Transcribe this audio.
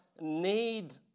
need